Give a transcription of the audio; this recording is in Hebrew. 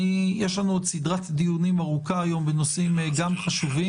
יש לנו עוד סדרת דיונים ארוכה היום בנושאים חשובים.